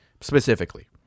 specifically